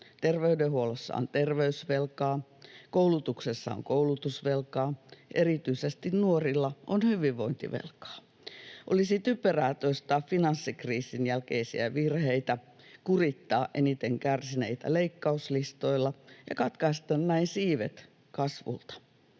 Terveydenhuollossa on terveysvelkaa, koulutuksessa on koulutusvelkaa, erityisesti nuorilla on hyvinvointivelkaa. Olisi typerää toistaa finanssikriisin jälkeisiä virheitä, kurittaa eniten kärsineitä leikkauslistoilla ja katkaista näin siivet kasvulta.